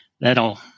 That'll